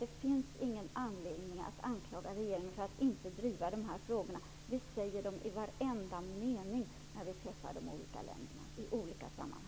Det finns ingen anledning att anklaga regeringen för att inte driva de frågorna. Vi nämner dem i varenda mening när vi träffar de olika länderna i olika sammanhang.